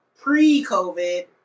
pre-COVID